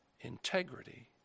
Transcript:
integrity